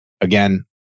Again